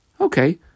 Okay